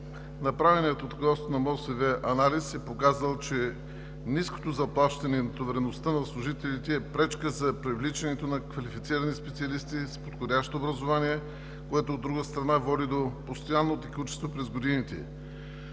среда и водите анализ е показал, че ниското заплащане и натовареността на служителите е пречка за привличането на квалифицирани специалисти с подходящо образование, което, от друга страна, води до постоянно текучество през годините.